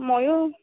ময়ো